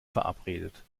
verabredet